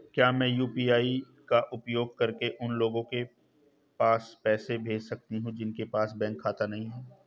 क्या मैं यू.पी.आई का उपयोग करके उन लोगों के पास पैसे भेज सकती हूँ जिनके पास बैंक खाता नहीं है?